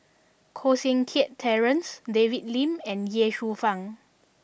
Koh Seng Kiat Terence David Lim and Ye Shufang